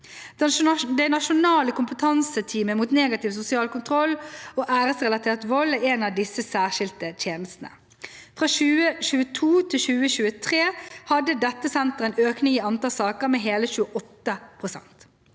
Det nasjonale kompetanseteamet mot negativ sosial kontroll og æresrelatert vold er en av disse særskilte tjenestene. Fra 2022 til 2023 hadde dette senteret en økning i antall saker med hele 28 pst.